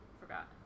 Forgot